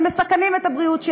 ומסכנים את הבריאות שלהם.